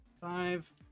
Five